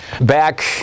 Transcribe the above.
back